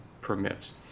permits